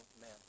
man